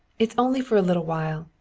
it's only for a little while.